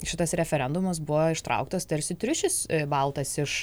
šitas referendumas buvo ištrauktas tarsi triušis baltas iš